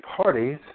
parties